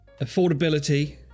affordability